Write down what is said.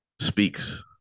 speaks